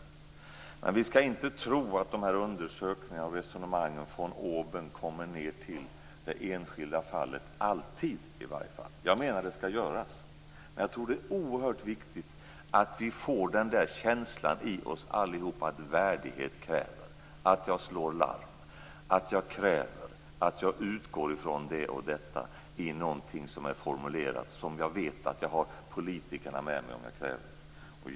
Men vi skall inte alltid tro att undersökningarna och resonemangen von oben kommer ned till det enskilda fallet. Jag menar att det skall göras, men jag tror att det är oerhört viktigt att vi alla känner att värdigheten kräver att man slår larm. Man skall kräva och utgå från det som är formulerat, och man skall veta att man har politikerna med sig.